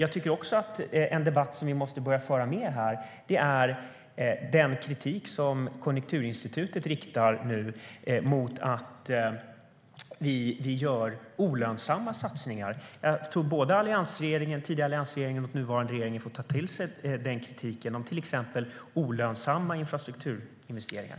Vi måste nu också börja föra en debatt om den kritik som Konjunkturinstitutet riktar mot att vi gör olönsamma satsningar. Både den tidigare alliansregeringen och den nuvarande regeringen får ta till sig den kritiken om till exempel olönsamma infrastrukturinvesteringar.